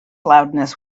loudness